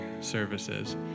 services